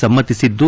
ಸಮ್ನತಿಸಿದ್ದು